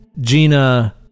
gina